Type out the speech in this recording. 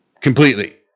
completely